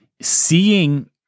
seeing